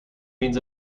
means